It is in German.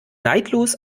neidlos